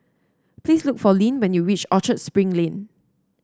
please look for Lyn when you reach Orchard Spring Lane